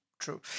True